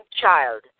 Child